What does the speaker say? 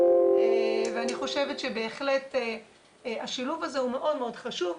ואני חושבת שבהחלט השילוב הזה הוא מאוד מאוד חשוב.